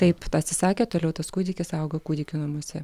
taip atsisakė toliau tas kūdikis auga kūdikių namuose